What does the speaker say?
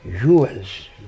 jewels